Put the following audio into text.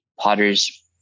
Potters